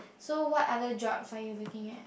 so what other jobs are you looking at